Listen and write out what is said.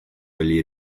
oli